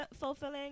fulfilling